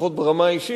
לפחות ברמה האישית,